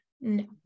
No